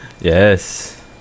Yes